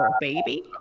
baby